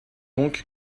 donc